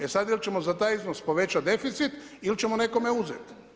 E sad, ili ćemo za taj iznos povećati deficit ili ćemo nekome uzeti.